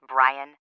Brian